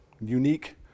unique